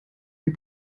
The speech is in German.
wir